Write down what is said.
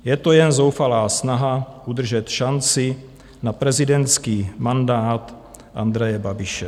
Je to jen zoufalá snaha udržet šanci na prezidentský mandát Andreje Babiše.